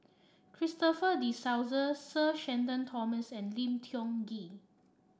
Christopher De Souza Sir Shenton Thomas and Lim Tiong Ghee